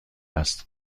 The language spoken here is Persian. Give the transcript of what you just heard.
است